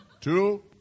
Two